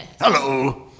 hello